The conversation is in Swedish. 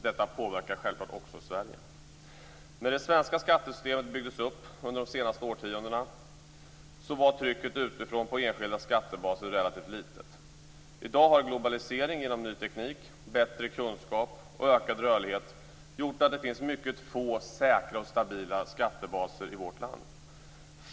Detta påverkar självfallet också Sverige. När det svenska skattesystemet byggdes upp under de senaste årtiondena var trycket utifrån på enskilda skattebaser relativt litet. I dag har globalisering genom ny teknik, bättre kunskap och ökad rörlighet gjort att det finns mycket få säkra och stabila skattebaser i vårt land.